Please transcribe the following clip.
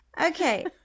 okay